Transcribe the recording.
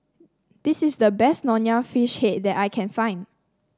this is the best Nonya Fish Head that I can find